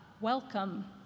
welcome